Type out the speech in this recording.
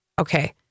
Okay